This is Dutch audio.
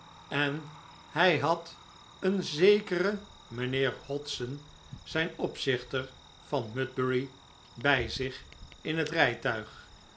en hij had een zekeren mijnheer hodson zijn opziener van mudbury bij zich in het rijtuig